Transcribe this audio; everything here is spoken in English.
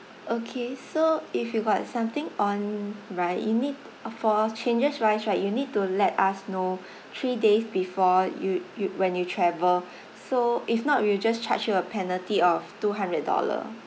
okay so if you got something on right you need for changes wise right you need to let us know three days before you you when you travel so if not we'll just charge you a penalty of two hundred dollar